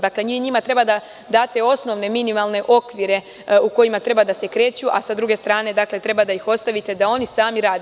Dakle, vi njima treba da date osnovne minimalne okvire u kojima treba da se kreću, a sa druge strane treba da ih ostavite da oni sami rade.